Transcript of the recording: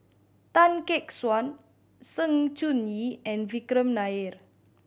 Tan Gek Suan Sng Choon Yee and Vikram Nair